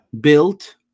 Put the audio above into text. built